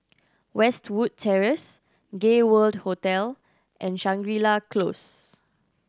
Westwood Terrace Gay World Hotel and Shangri La Close